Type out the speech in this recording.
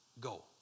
go